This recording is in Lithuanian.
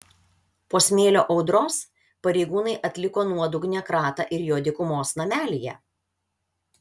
po smėlio audros pareigūnai atliko nuodugnią kratą ir jo dykumos namelyje